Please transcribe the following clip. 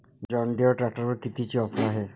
John Deere ट्रॅक्टरवर कितीची offer हाये?